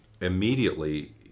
immediately